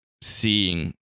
seeing